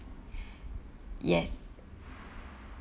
yes